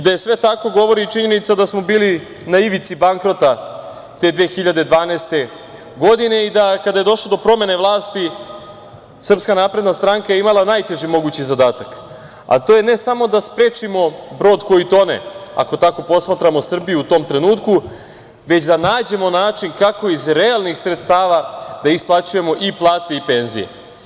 Da je sve tako govori i činjenica da smo bili na ivici bankrota te 2012. godine i kada je došlo do promene vlasti SNS je imala najteži mogući zadatak, a to je ne samo da sprečimo brod koji tone, ako tako posmatramo Srbiju u tom trenutku, već da nađemo način kako iz realnih sredstava da isplaćujemo i plate i penzije.